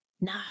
No